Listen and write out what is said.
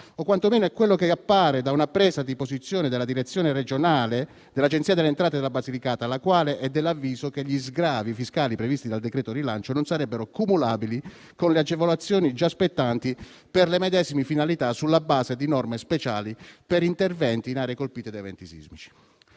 o quantomeno è quello che appare da una presa di posizione della direzione regionale dell'Agenzia delle entrate della Basilicata, la quale è dell'avviso che gli sgravi fiscali previsti dal decreto rilancio non sarebbero cumulabili con le agevolazioni già spettanti per le medesime finalità, sulla base di norme speciali, per interventi in aree colpite da eventi sismici.